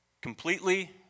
Completely